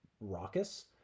raucous